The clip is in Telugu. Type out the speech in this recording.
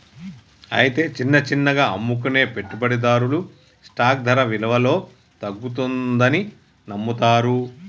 అయితే చిన్న చిన్నగా అమ్ముకునే పెట్టుబడిదారులు స్టాక్ ధర విలువలో తగ్గుతుందని నమ్ముతారు